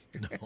No